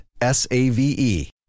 S-A-V-E